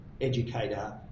educator